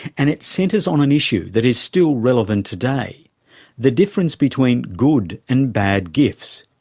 and it centres on an issue that is still relevant today the difference between good and bad gifts,